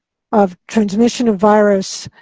of transmission of virus